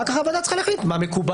אחר כך הוועדה צריכה להחליט מה מקובל,